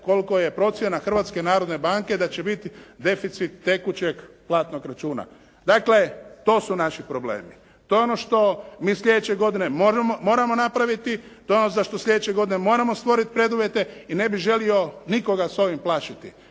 koliko je procjena Hrvatske narodne banke da će biti deficit tekućeg platnog računa. Dakle, to su naši problemi. To je ono što mi sljedeće godine moramo napraviti, to je ono za što sljedeće godine moramo stvoriti preduvjete i ne bih želio nikoga s ovim plašiti.